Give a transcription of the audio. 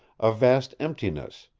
a vast emptiness,